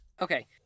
Okay